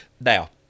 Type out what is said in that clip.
Now